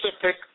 Pacific